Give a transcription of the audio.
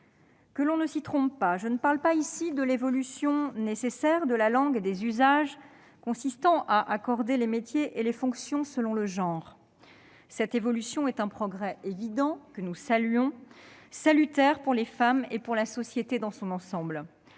Que l'on ne s'y trompe pas. Je ne parle pas ici de l'évolution nécessaire de la langue et des usages consistant à accorder les métiers et les fonctions selon le genre. Cette évolution est un progrès évident, que nous saluons, salutaire pour les femmes et pour la société dans son ensemble.